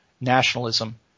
nationalism